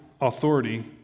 authority